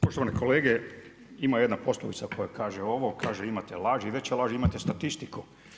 Poštovani kolege, ima jedna poslovica koja kaže ovo, kaže imate leži, veće laži, imate statistiku.